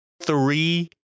Three